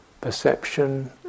perception